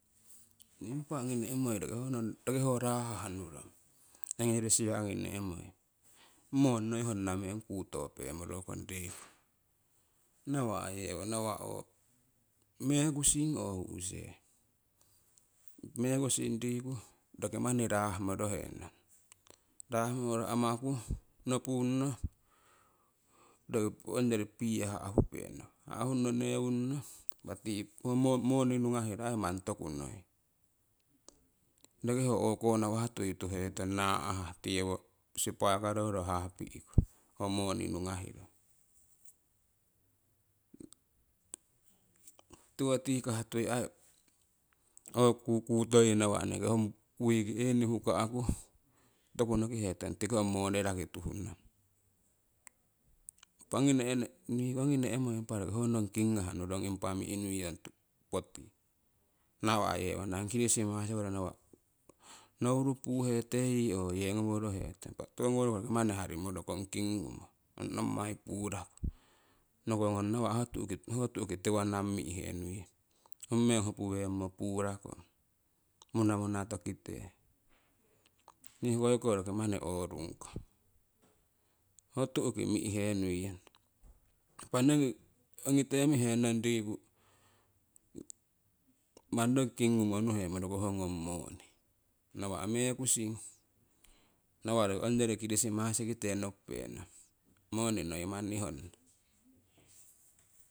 Nii impa ongi ne'moi honon roki ho raahah nurong ognyori siya ongi ne'moi, moni noi honna meng kutopemorokong date nawa' yewo nawa' ho mekusing or hu'se, mekusing riku roki manni raahmorohenong raahmoro amaku nopuno, roki ongyori piia hahupennong hahungnno newunno. Impa tii owo moni ngunahiro aii manni toku noi rokii ho o'ko nawah tuii tuhetong naahah tii owo sipakaroro hapihi'ku ho moni ngugahiro tiwo tikah tui ho kukutoyii nawa' manni ho weekeni hukahku toku nokii hetong tiko ong moni rakituhunong impa niiko ongii nehnehmoi roki ho ngnong kingha nurong impa mihh niuyong potii nawah yewonang kirisimasikori nawah nouru puhetee yii or yengoworohetong. Impa tiwogoworoku roki manii harimrokong kingumo, ong nommai puuraku nokongong nawa' ho tu'ki tiwoning mi'heniuyong ong meng hopuengmo purakong munamunatokite nii hokoiko roki mani oorungke. Ho tuuki mihheniuyong impa nigi ongite mehenong riku mani roki kingumo nuhenno ho ngong monii nawah mekusing nawah roki ongori kirisimasikite nopupenong monii noi mani honna